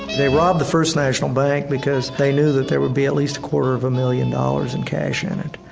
they robbed the first national bank because they knew that there would be at least quarter of a million dollars in cash in it.